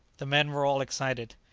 the men were all excited.